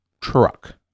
truck